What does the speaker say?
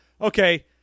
okay